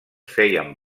feien